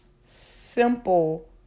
simple